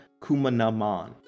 Kumanaman